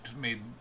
made